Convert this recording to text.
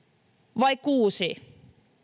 vai kuusi